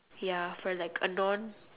ya for like a non